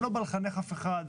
אני לא בא לחנך אף אחד,